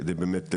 כדי באמת,